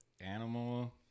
animal